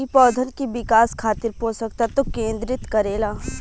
इ पौधन के विकास खातिर पोषक तत्व केंद्रित करे ला